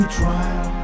trial